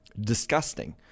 disgusting